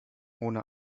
ohne